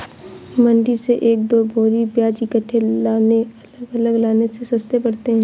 मंडी से एक दो बोरी प्याज इकट्ठे लाने अलग अलग लाने से सस्ते पड़ते हैं